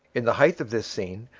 in the height of this scene,